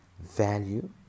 Value